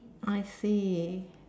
I see